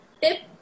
Tip